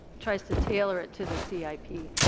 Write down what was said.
tries to tailor it to the c i p.